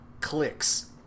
clicks